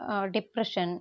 depression